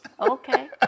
Okay